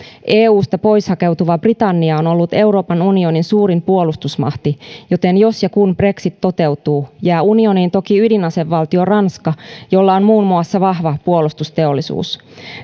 eusta pois hakeutuva britannia on ollut euroopan unionin suurin puolustusmahti joten jos ja kun brexit toteutuu jää unioniin toki ydinasevaltio ranska jolla on muun muassa vahva puolustusteollisuus